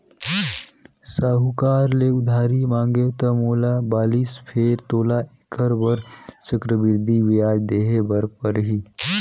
साहूकार ले उधारी मांगेंव त मोला बालिस फेर तोला ऐखर बर चक्रबृद्धि बियाज देहे बर परही